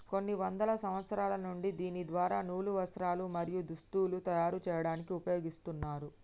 కొన్ని వందల సంవత్సరాల నుండి దీని ద్వార నూలు, వస్త్రాలు, మరియు దుస్తులను తయరు చేయాడానికి ఉపయోగిస్తున్నారు